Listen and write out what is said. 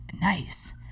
Nice